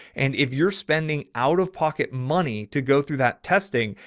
and if you're spending out of pocket money to go through that testing,